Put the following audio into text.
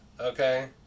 okay